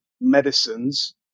medicines